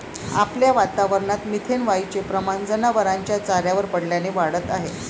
आपल्या वातावरणात मिथेन वायूचे प्रमाण जनावरांच्या चाऱ्यावर पडल्याने वाढत आहे